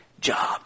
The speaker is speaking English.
job